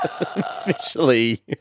Officially